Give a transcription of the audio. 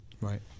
right